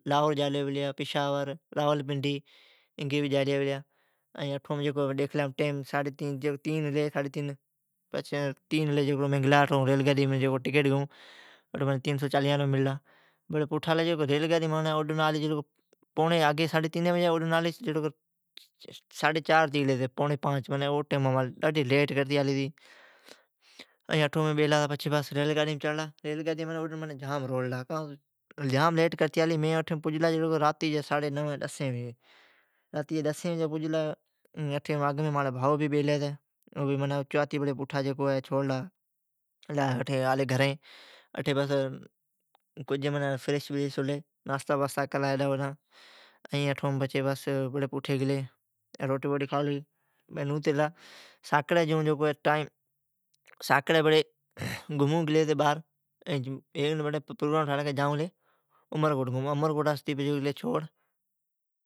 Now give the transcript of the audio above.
لاہور جائیلیا پلیا ،پشاور، راول پنڈی انگی بھی جائیلیا پلیا۔ ھمین ڈیکھلی ٹیم ساڈھی تین ھلی ھی، تو مین گلا، منین ٹکیٹ ساڈھی تینا سوام مللا۔ ساڈھی تینین بجی آلا او ڈن ساڈھی چار ھتی گلی۔ او ڈن ڈاڈھی لیٹ کرتی آلی ائین اٹھو مین بیلا ھتا۔ او ڈن مین راتی جی نوین ڈسین بجی پجلا۔ ائین اگمان مانجی بھائو بھی بیلی ھتی، اچاتی منین گھرین چھوڑلا۔ فریش ھلی ناستا کرلا بڑی پوٹھی گلی روٹی کھالی۔ ساکڑی بڑی گھمون گلی ھتی باغ۔ بڑی پروگرام ٹھالا گلی امر کوٹ ائین امرکوٹاس گلی چھوڑ